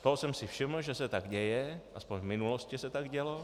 Toho jsem si všiml, že se tak děje, aspoň v minulosti se tak dělo.